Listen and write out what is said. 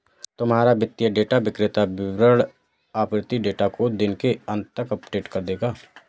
तुम्हारा वित्तीय डेटा विक्रेता वितरण आवृति डेटा को दिन के अंत तक अपडेट कर देगा